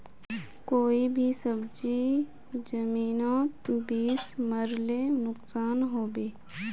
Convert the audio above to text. कोई भी सब्जी जमिनोत बीस मरले नुकसान होबे?